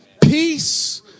Peace